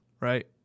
right